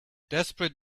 desperate